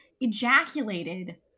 Ejaculated